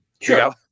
Sure